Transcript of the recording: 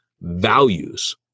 Values